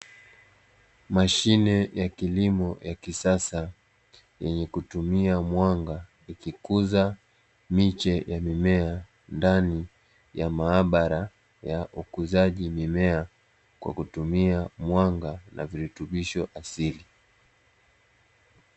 Mashine ya kilimo ya kisasa yenye kutumia mwanga, ikikuza miche ya mimea ndani ya maabara ya ukuzaji mimea, kwa kutumia mwanga na virutubisho asili.